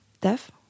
Deaf